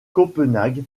copenhague